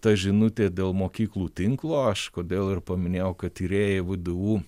ta žinutė dėl mokyklų tinklo aš kodėl ir paminėjau kad tyrėjai vdu